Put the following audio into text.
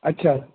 ਅੱਛਾ